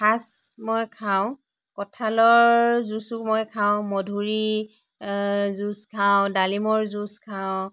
সাজ মই খাওঁ কঁঠালৰ জুচো মই খাওঁ মধুৰি জুচ খাওঁ ডালিমৰ জুচ খাওঁ